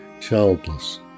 childless